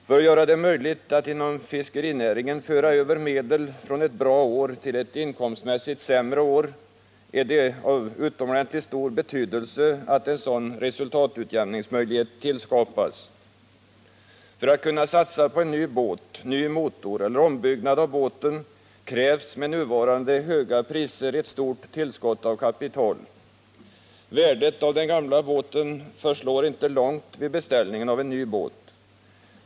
För att göra det möjligt att inom fiskerinäringen föra över medel från ett inkomstmässigt bra år till ett sämre år är det av utomordentligt stor betydelse att en sådan resultatutjämningsmöjlighet tillskapas. Skall man kunna satsa på en ny båt, ny motor eller ombyggnad av båten krävs med nuvarande höga priser ett stort tillskott av kapital. Värdet av den gamla båten förslår inte långt vid beställningen av en ny båt.